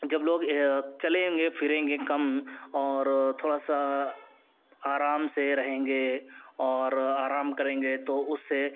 جب لوگ چلیں گے پھریں گے کم اور تھوڑا سا آرام سے رہیں گے اور آرام کریں گے تو اس سے